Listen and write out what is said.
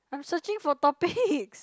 I'm searching for topics